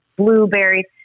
blueberries